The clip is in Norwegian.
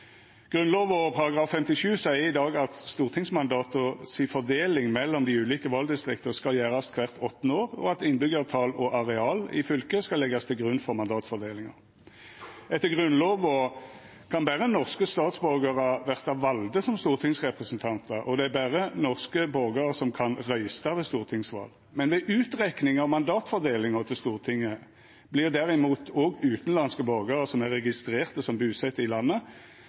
Grunnlova § 57 seier i dag at fordeling av stortingsmandat mellom dei ulike valdistrikta skal gjerast kvart åttande år, og at innbyggjartal og areal i fylket skal leggjast til grunn for mandatfordelinga. Etter Grunnlova kan berre norske statsborgarar verta valde som stortingsrepresentantar, og det er berre norske borgarar som kan røysta ved stortingsval. Men ved utrekninga av mandatfordelinga til Stortinget vert òg utanlandske borgarar som er registrerte som busette i landet,